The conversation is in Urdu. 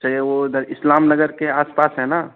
چھے وہ ادھر اسلام نگر کے آس پاس ہے نا